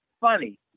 funny